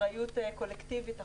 אחריות קולקטיבית אחורה.